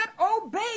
obey